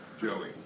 Joey